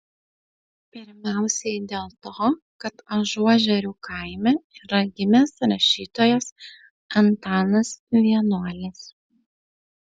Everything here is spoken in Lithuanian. pirmiausiai dėl to kad ažuožerių kaime yra gimęs rašytojas antanas vienuolis